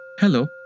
Hello